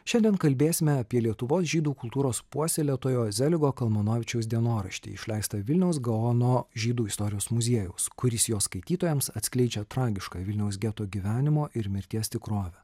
šiandien kalbėsime apie lietuvos žydų kultūros puoselėtojo zeligo kalmanovičiaus dienoraštį išleistą vilniaus gaono žydų istorijos muziejaus kuris jos skaitytojams atskleidžia tragišką vilniaus geto gyvenimo ir mirties tikrovę